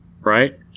right